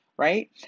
Right